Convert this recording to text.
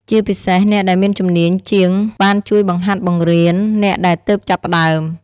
ជាពិសេស អ្នកដែលមានជំនាញជាងបានជួយបង្ហាត់បង្រៀនអ្នកដែលទើបចាប់ផ្ដើម។